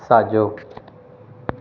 साजो॒